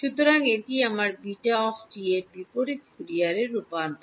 সুতরাং এটি আমার β এর বিপরীত ফুরিয়ার রূপান্তর